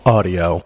Audio